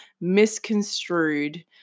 misconstrued